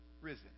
risen